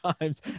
times